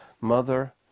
mother